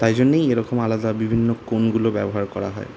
তাই জন্যেই এরকম আলাদা বিভিন্ন কোণগুলো ব্যবহার করা হয়